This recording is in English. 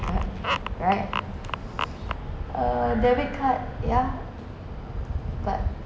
card right uh debit card ya but